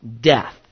death